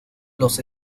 los